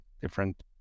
different